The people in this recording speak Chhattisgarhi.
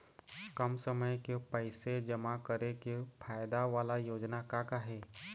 कम समय के पैसे जमा करे के फायदा वाला योजना का का हे?